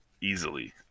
easily